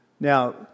Now